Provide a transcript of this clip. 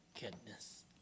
goodness